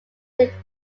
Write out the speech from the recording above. league